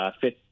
fifth